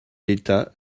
l’état